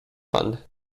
fund